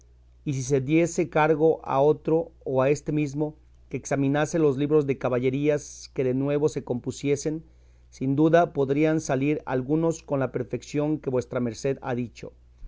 y si diese cargo a otro o a este mismo que examinase los libros de caballerías que de nuevo se compusiesen sin duda podrían salir algunos con la perfección que vuestra merced ha dicho